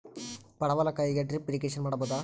ಪಡವಲಕಾಯಿಗೆ drip irrigation ಮಾಡಬೋದ?